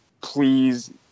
please